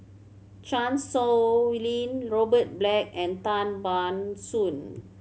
Chan Sow Lin Robert Black and Tan Ban Soon